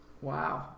Wow